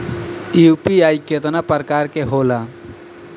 UPI केतना प्रकार के होला?